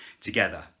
together